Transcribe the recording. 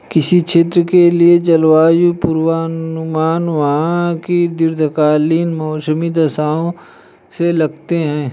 किसी क्षेत्र के लिए जलवायु पूर्वानुमान वहां की दीर्घकालिक मौसमी दशाओं से लगाते हैं